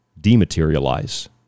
dematerialize